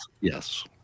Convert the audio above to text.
Yes